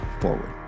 forward